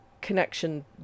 connection